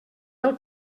del